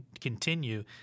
continue